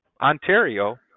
Ontario